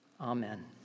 Amen